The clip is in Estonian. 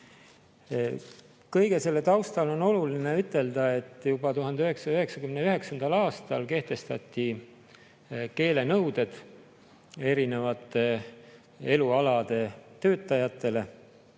Kõige selle taustal on oluline ütelda, et juba 1999. aastal kehtestati keelenõuded erinevate elualade töötajatele